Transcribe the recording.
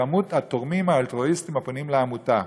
"בכמות התורמים האלטרואיסטים הפונים לעמותה".